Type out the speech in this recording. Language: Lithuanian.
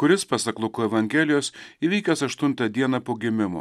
kuris pasak luko evangelijos įvykęs aštuntą dieną po gimimo